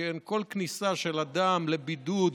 שכן כל כניסה של אדם לבידוד